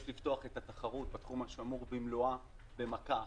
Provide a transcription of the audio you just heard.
יש לפתוח את התחרות בתחום השמור במלואה במכה אחת.